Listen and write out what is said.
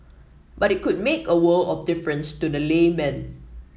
but it could make a world of difference to the layman